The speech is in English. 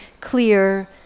clear